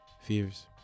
fears